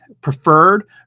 preferred